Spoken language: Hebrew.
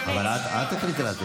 אל תחליטי לעשות סדר.